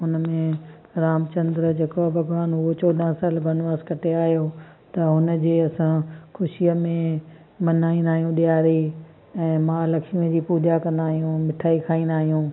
उन में रामचंद्र जेको भॻवानु हुओ चोॾहां साल बनवास कटे आयो त उन जी असां ख़ुशीअ में मल्हाईंदा आहियूं ॾियारी ऐं महालक्ष्मी जी पूॼा कंदा आहियूं मिठाई खाईंदा आहियूं